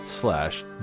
slash